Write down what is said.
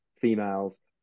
females